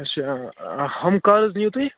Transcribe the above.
اَچھا ہُم کَس دِیِو تُہۍ